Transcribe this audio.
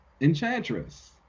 enchantress